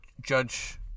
Judge